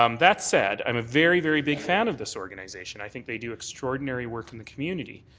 um that said, i'm a very, very big fan of this organization. i think they do extraordinary work in the community.